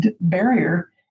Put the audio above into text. barrier